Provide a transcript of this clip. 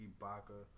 Ibaka